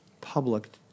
public